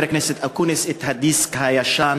מדיניות הממשלה היא לאפשר הצעות לסדר-היום על-פי עצת המציעים,